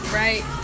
right